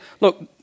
look